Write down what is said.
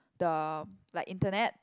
the like internet